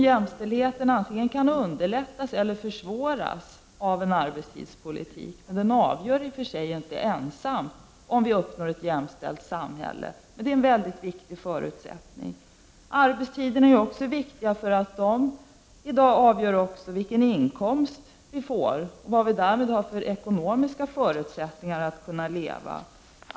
Jämställdheten kan underlättas eller försvåras genom arbetstidspolitiken, som dock inte ensam avgör om vi skall kunna uppnå ett jämställt samhälle. Men arbetstidspolitiken är en viktig förutsättning. Arbetstiderna är också viktiga därigenom att de avgör vilken inkomst man får och ens ekonomiska förutsättningar för att kunna leva.